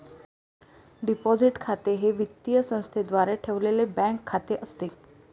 deposit खाते हे वित्तीय संस्थेद्वारे ठेवलेले बँक खाते असते